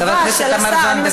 חברת הכנסת תמר זנדברג,